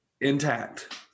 intact